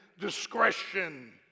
discretion